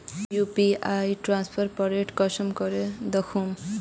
UPI transfer update कुंसम करे दखुम?